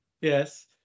Yes